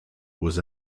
was